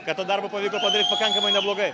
kad tą darbą pavyko padaryti pakankamai neblogai